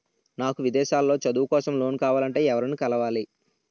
నాకు విదేశాలలో చదువు కోసం లోన్ కావాలంటే ఎవరిని కలవాలి?